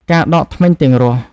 ការដកធ្មេញទាំងរស់។